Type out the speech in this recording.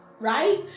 right